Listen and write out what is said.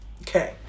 okay